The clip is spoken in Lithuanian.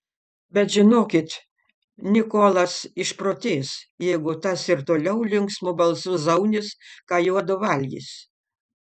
bet žinokit nikolas išprotės jeigu tas ir toliau linksmu balsu zaunys ką juodu valgys